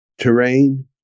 terrain